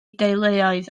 deuluoedd